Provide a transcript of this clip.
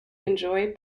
enjoy